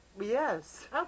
Yes